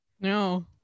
No